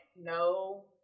No